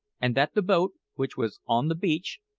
and that the boat, which was on the beach,